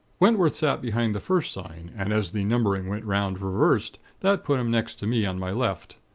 wentworth sat behind the first sign, and as the numbering went round reversed, that put him next to me on my left.